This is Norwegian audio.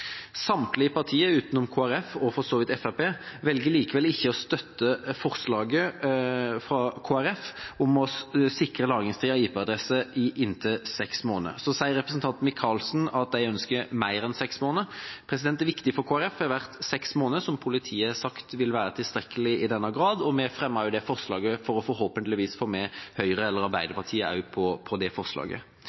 Samtlige partier, utenom Kristelig Folkeparti og for så vidt også Fremskrittspartiet, velger likevel ikke å støtte forslaget fra Kristelig Folkeparti om å sikre en lagringstid av IP-adresser i inntil seks måneder. Representanten Michaelsen sier at de ønsker mer enn seks måneder. Det viktige for Kristelig Folkeparti har vært seks måneder, som politiet har sagt vil være tilstrekkelig, og vi fremmet det forslaget for forhåpentligvis å få med oss Høyre eller Arbeiderpartiet på det.